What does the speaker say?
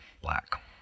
black